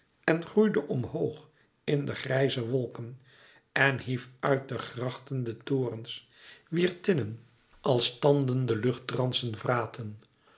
en groeide omhoog in de grijze wolken en hief uit de grachten de torens wier tinnen als tanden de luchttransen vraten